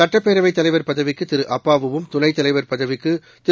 சட்டப்பேரவைத் தலைவர் பதவிக்குதிருஅப்பாவு வும்துணைத்தலைவர் பதவிக்குதிரு